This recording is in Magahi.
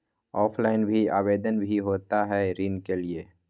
ऑफलाइन भी आवेदन भी होता है ऋण के लिए?